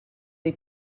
dei